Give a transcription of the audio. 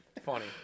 funny